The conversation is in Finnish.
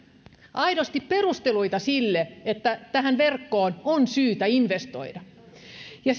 aidosti perusteluita sille että tähän verkkoon on syytä investoida ja